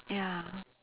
ya